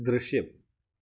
ദൃശ്യം